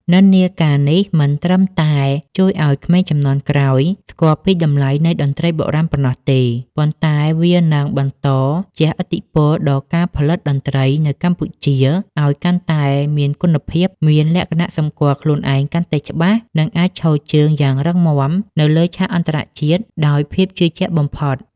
និន្នាការនេះមិនត្រឹមតែជួយឱ្យក្មេងជំនាន់ក្រោយស្គាល់ពីតម្លៃនៃតន្ត្រីបុរាណប៉ុណ្ណោះទេ ប៉ុន្តែវានឹងបន្តជះឥទ្ធិពលដល់ការផលិតតន្ត្រីនៅកម្ពុជាឱ្យកាន់តែមានគុណភាព មានលក្ខណៈសម្គាល់ខ្លួនឯងកាន់តែច្បាស់ និងអាចឈរជើងយ៉ាងរឹងមាំនៅលើឆាកអន្តរជាតិដោយភាពជឿជាក់បំផុត។